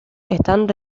están